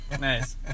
nice